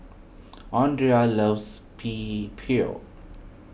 andria loves P Pho